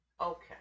Okay